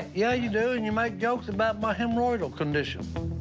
yeah, you do. and you make jokes about my hemorrhoidal condition.